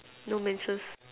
no menses